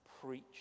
Preach